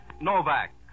Novak